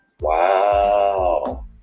Wow